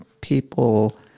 people